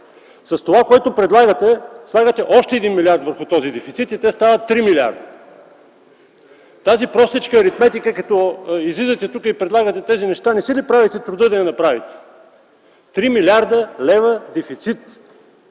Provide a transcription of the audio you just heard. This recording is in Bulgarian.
С това, което предлагате, слагате още 1 милиард върху този дефицит и те стават 3 милиарда. Тази простичка аритметика, като излизате тук и предлагате тези неща, не си ли правите труда да я направите? Три милиарда лева дефицит